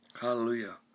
Hallelujah